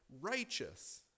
righteous